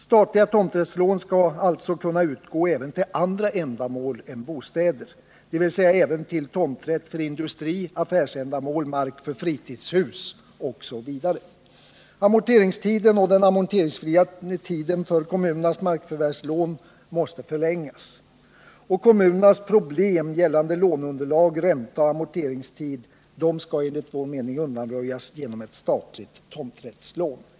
Statliga tomträttslån skall alltså kunna utgå även till andra ändamål än bostäder, dvs. till tomträtt för industrioch affärsändamål, mark för fritidshus m.m. Amorteringstiden och den amorteringsfria tiden för kommunernas markförvärvslån måste förlängas, och kommunernas problem gällande låneunderlag, ränta och amorteringstid skall, enligt vår mening, undanröjas genom statliga tomträttslån.